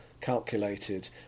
calculated